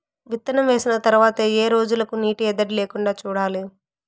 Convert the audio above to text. విత్తనం వేసిన తర్వాత ఏ రోజులకు నీటి ఎద్దడి లేకుండా చూడాలి?